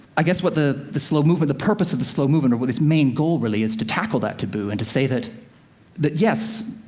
i guess what the the slow movement the purpose of the slow movement, or its main goal, really, is to tackle that taboo, and to say that that yes,